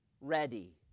ready